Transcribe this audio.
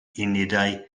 unedau